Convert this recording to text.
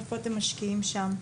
איפה אתם משקיעים שם.